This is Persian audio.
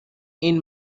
این